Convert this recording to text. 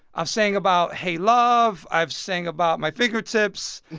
i've sang about hey love, i've sang about my fingertips